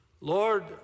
Lord